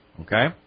okay